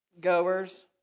goers